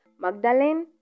Magdalene